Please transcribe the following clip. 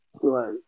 right